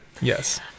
Yes